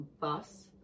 bus